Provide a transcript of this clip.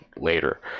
later